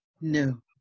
No